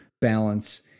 balance